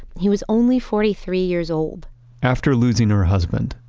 he was only forty three years old after losing her husband,